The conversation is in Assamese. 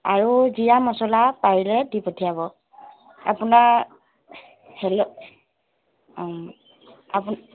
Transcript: আৰু জীৰা মচলা পাৰিলে দি পঠিয়াব আপোনাৰ হেল্ল' আপো